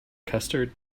custard